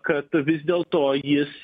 kad vis dėlto jis